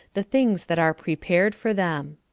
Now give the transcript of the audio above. the things that are prepared for them.